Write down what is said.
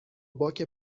باک